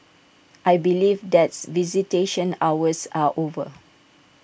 I believe that's visitation hours are over